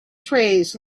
trays